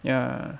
ya